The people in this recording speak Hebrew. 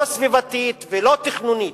לא סביבתית ולא תכנונית.